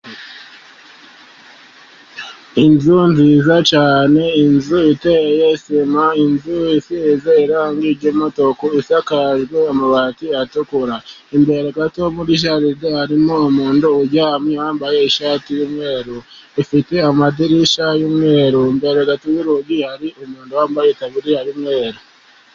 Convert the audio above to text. Inzu nziza cyane iteye sima, inzu isize irangi ry'umutuku isakajwe amabati atukura, imbere gato muri jaride harimo umuntu uryamye wambaye ishati y'umweru. Ifite amadirishya y'umweru, imbere gato y'urugi hari umuntu wambaye itaburiya y'umweru .